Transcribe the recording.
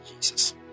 Jesus